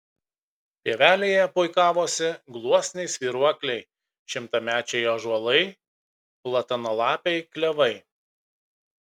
pievelėje puikavosi gluosniai svyruokliai šimtamečiai ąžuolai platanalapiai klevai